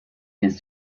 his